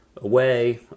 away